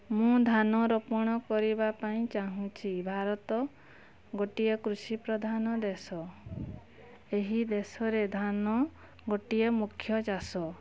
ମୁଁ ଧାନ ରୋପଣ କରିବାପାଇଁ ଚାହୁଁଚି ଭାରତ ଗୋଟିଏ କୃଷି ପ୍ରଧାନ ଦେଶ ଏହି ଦେଶରେ ଧାନ ଗୋଟିଏ ମୁଖ୍ୟ ଚାଷ